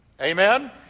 Amen